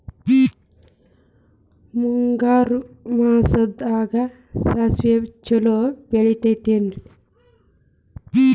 ಮುಂಗಾರು ಮಾಸದಾಗ ಸಾಸ್ವಿ ಛಲೋ ಬೆಳಿತೈತೇನ್ರಿ?